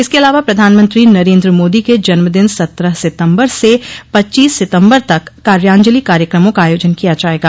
इसके अलावा प्रधानमंत्री नरेन्द्र मोदी के जन्म दिन सत्रह सितम्बर से पच्चीस सितम्बर तक कार्याजलि कार्यक्रमों का आयोजन किया जायेगा